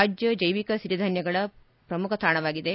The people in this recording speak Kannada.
ರಾಜ್ಯ ಜೈವಿಕ ಒರಿಧಾನ್ಯಗಳ ಪ್ರಮುಖ ತಾಣವಾಗಿದೆ